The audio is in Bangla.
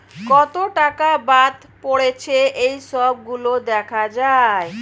কত টাকা বাদ পড়েছে এই সব গুলো দেখা যায়